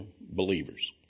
believers